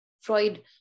Freud